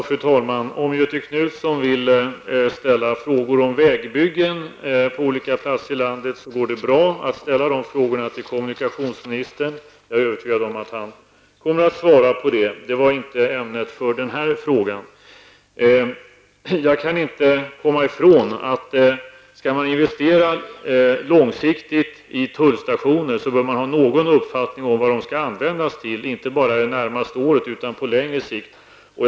Fru talman! Om Göthe Knutson vill ställa frågor om vägbyggen på olika platser i landet, går det bra att ställa de frågorna till kommunikationsministern. Jag är övertygad om att han kommer att svara på dem, men detta var inte ämnet för denna fråga. Jag kan inte komma ifrån att man bör ha någon uppfattning om vad tullstationer skall användas till inte bara under det närmaste året, utan på längre sikt, om man skall investera långsiktigt i dem.